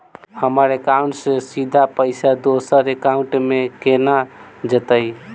हम्मर एकाउन्ट सँ सीधा पाई दोसर एकाउंट मे केना जेतय?